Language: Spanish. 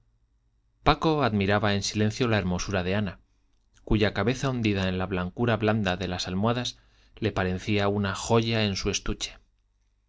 paco admiraba en silencio la hermosura de ana cuya cabeza hundida en la blancura blanda de las almohadas le parecía una joya en su estuche